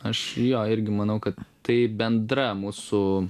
aš jo irgi manau kad tai bendra mūsų